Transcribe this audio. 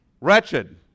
wretched